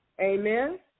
Amen